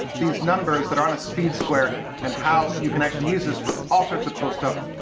these numbers that are on a speed square and how you can actually use this for all sorts of cool stuff.